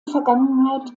vergangenheit